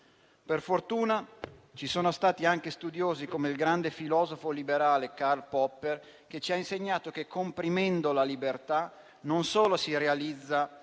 Per fortuna, ci sono stati anche studiosi come il grande filosofo liberale Karl Popper, che ci ha insegnato che comprimendo la libertà non solo non si realizza